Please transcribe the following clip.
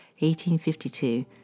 1852